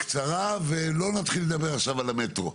בקצרה, ולא נתחיל לדבר עכשיו על המטרו.